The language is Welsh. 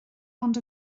ond